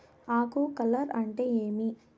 ఆకు కార్ల్ అంటే ఏమి?